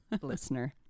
listener